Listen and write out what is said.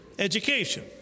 education